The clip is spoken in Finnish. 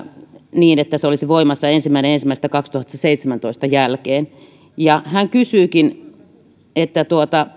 niin että se olisi voimassa ensimmäinen ensimmäistä kaksituhattaseitsemäntoista jälkeen hän kysyykin